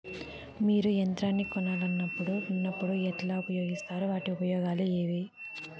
మీరు యంత్రాన్ని కొనాలన్నప్పుడు ఉన్నప్పుడు ఎట్లా ఉపయోగిస్తారు వాటి ఉపయోగాలు ఏవి?